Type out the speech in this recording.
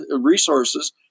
resources